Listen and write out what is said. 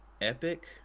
epic